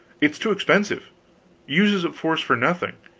it's too expensive uses up force for nothing.